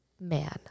man